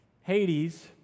Hades